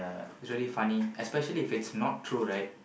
it's really funny especially if it's not true right